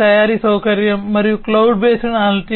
తయారీ సౌకర్యం మరియు క్లౌడ్ బేస్డ్ అనలిటిక్స్